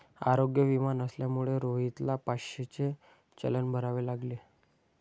आरोग्य विमा नसल्यामुळे रोहितला पाचशेचे चलन भरावे लागले